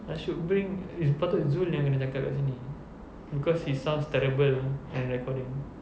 I should bring it's patut zul yang kena cakap dekat sini because he sounds terrible in recording